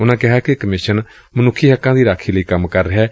ਉਨੂਾ ਕਿਹਾ ਕਿ ਕਮਿਸਨ ਮਨੁੱਖੀ ਹੱਕਾਂ ਦੀ ਰਾਖੀ ਲਈ ਕੰਮ ਕਰ ਰਿਹੈ